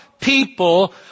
people